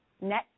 net